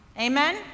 Amen